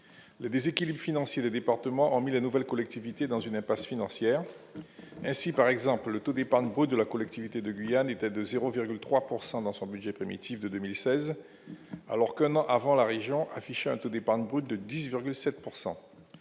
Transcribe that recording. les déséquilibres financiers des départements ont mis la nouvelle collectivité dans une impasse financière ainsi par exemple le taux d'épargne brute de la collectivité de Guyane était de 0,3 pourcent dans son budget primitif 2016, alors comment avant la région affiche un taux d'épargne brute de 10,7